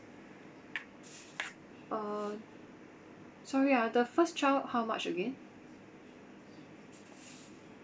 uh sorry ah the first child how much again